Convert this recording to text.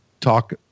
talk